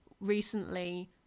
recently